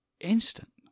instant